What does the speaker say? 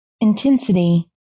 Intensity